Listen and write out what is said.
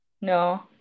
No